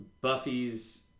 Buffy's